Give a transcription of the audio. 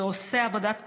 שעושה עבודת קודש,